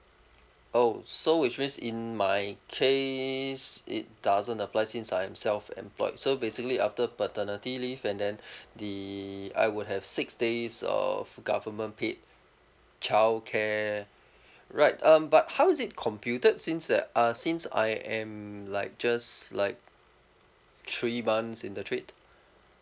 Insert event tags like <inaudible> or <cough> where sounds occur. oh so which means in my case it doesn't apply since I'm self employed so basically after paternity leave and then <breath> the I would have six days of government paid childcare right um but how is it computed since that uh since I am like just like three months in the trade